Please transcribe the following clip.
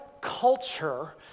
culture